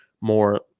more